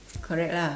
correct lah